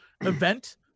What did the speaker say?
event